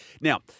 Now